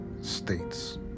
states